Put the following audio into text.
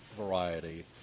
variety